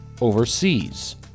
overseas